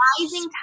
rising